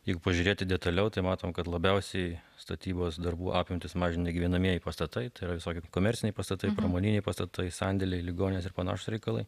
jeigu pažiūrėti detaliau tai matom kad labiausiai statybos darbų apimtis mažina gyvenamieji pastatai tai yra visokie komerciniai pastatai pramoniniai pastatai sandėliai ligoninės ir panašūs reikalai